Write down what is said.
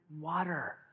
water